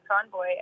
convoy